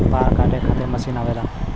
बाल काटे खातिर मशीन आवेला